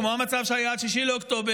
כמו המצב שהיה עד 6 באוקטובר,